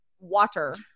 water